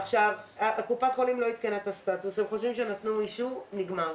הם חושבים שהם נתנו אישור ובזה זה נגמר.